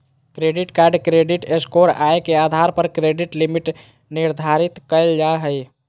credit card credit score, आय के आधार पर क्रेडिट लिमिट निर्धारित कयल जा हइ